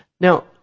Now